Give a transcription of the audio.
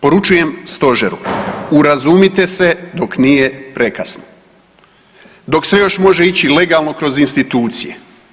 Poručujem stožeru, urazumite se dok nije prekasno, dok se još može ići legalno kroz institucije.